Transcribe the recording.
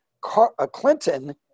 Clinton